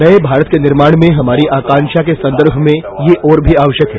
नये भारत के निर्माण में हमारी आकांक्षा के संदर्भ में यह और भी आवश्यक है